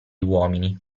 uomini